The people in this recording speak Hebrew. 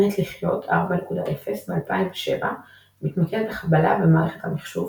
"מת לחיות 4.0" מ-2007 מתמקד בחבלה במערכת המחשוב,